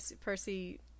Percy